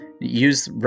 Use